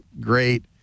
great